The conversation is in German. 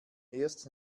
erst